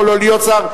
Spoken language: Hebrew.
יכול לא להיות שר.